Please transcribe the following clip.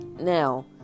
Now